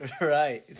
Right